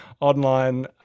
online